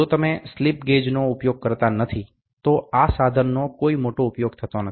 જો તમે સ્લિપગેજનો ઉપયોગ કરતા નથી તો આ સાધનનો કોઇ મોટો ઉપયોગ થતો નથી